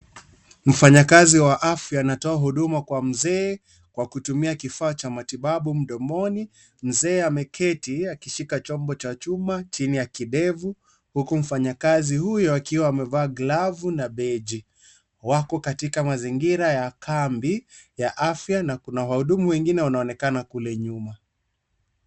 Mfanyakazi wa afya anatoa huduma kwa mzee kwa kutumia kifaa cha matibabu mdomoni. Mzee ameketi akishika chombo cha chuma chini ya kidevu huku mfanyakazi huyu akiwa amevaa glavu na beji. Wako katika mazingira ya kambi ya afya na kuna wahudumu wengine wanaonekana kule nyuma.